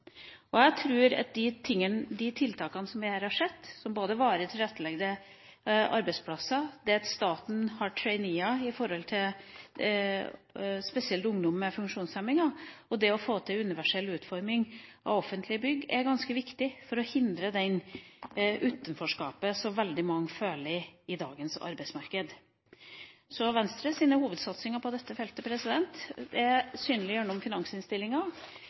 Jeg tror at de tiltakene vi her har sett, både varig tilrettelagte arbeidsplasser, det at staten har trainee-er spesielt når det gjelder ungdom med funksjonshemninger, og det å få til universell utforming av offentlige bygg, er ganske viktig for å hindre det utenforskapet som veldig mange føler i dagens arbeidsmarked. Venstres hovedsatsinger på dette feltet er synlig gjennom